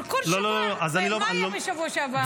אבל בכל שבוע, מה היה בשבוע שעבר?